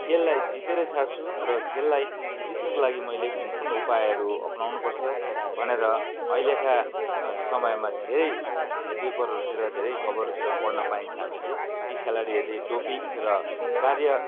खेललाई जितेरै छाड्छु र खेललाई जित्नुको लागि मैले कुन कुन उपायहरू अप्नाउनुपर्छ भनेर अहिलेका समयमा धेरै पेपरहरूतिर धेरै खबरहरूतिर पढ्न पाइन्छ हामीले ती खेलाडीहरूले डोपिङ र कार्य